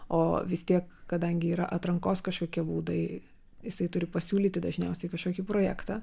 o vis tiek kadangi yra atrankos kažkokie būdai jisai turi pasiūlyti dažniausiai kažkokį projektą